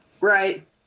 Right